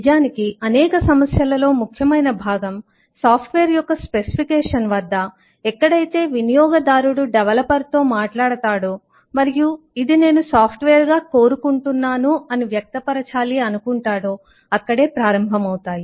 నిజానికి అనేక సమస్యల లో ముఖ్యమైన భాగం సాఫ్ట్ వేర్ యొక్క స్పెసిఫికేషన్ వద్ద ఎక్కడైతే వినియోగదారుడు డెవలపర్ తో మాట్లాడతాడు మరియు "ఇది నేను సాఫ్ట్ వేర్ గా కోరుకుంటున్నాను" అని వ్యక్తపరచాలి అనుకుంటాడు అక్కడే ప్రారంభమవుతాయి